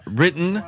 written